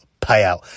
payout